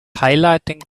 highlighting